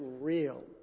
real